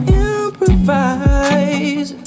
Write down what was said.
improvise